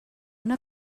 una